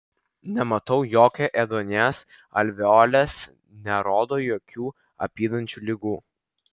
nematau jokio ėduonies alveolės nerodo jokių apydančių ligų